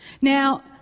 Now